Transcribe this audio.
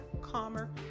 calmer